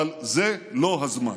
אבל זה לא הזמן.